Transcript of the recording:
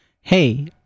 Hey